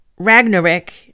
Ragnarok